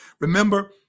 Remember